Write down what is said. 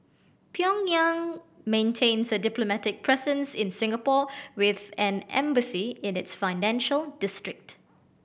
Pyongyang maintains a diplomatic presence in Singapore with an embassy in its financial district